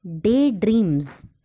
daydreams